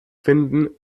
finden